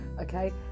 Okay